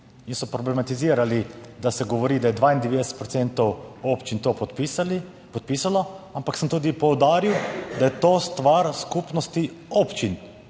so problematizirali, da se govori, da je 92 procentov občin to podpisalo, ampak sem tudi poudaril, da je to stvar skupnosti občin.